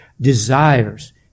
desires